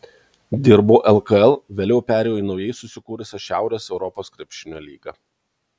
dirbau lkl vėliau perėjau į naujai susikūrusią šiaurės europos krepšinio lygą